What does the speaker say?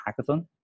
hackathon